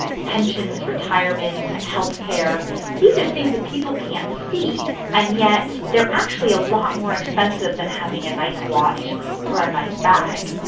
pensions, retirement, health care these are things that people can't see, and yet they're actually a lot more expensive than having a nice watch or a nice bag